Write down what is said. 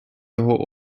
його